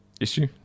issue